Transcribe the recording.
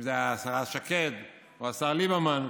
אם זה היה השרה שקד או השר ליברמן.